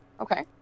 Okay